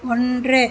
ஒன்று